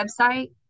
website